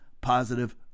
positive